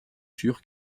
sûr